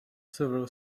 several